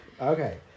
Okay